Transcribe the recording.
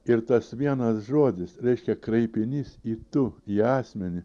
ir tas vienas žodis reiškia kreipinys į tu į asmenį